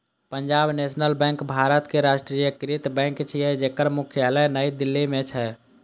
Punjab National Bank भारतक राष्ट्रीयकृत bank छियै, जेकर मुख्यालय नई दिल्ली मे छै